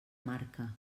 marca